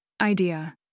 Idea